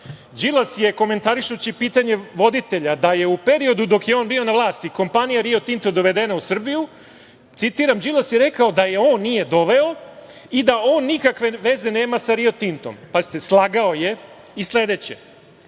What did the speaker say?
Đilas je komentarišući pitanje voditelja da je u periodu dok je on bio na vlasti kompanija Rio Tinto dovedena u Srbiju, citiram, Đilas je rekao da je on nije doveo i da on nikakve veze nema sa Rio Tintom. Pazite, slagao je. Sledeće,